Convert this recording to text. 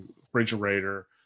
refrigerator